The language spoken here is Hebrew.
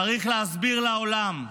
צריך להסביר לעולם,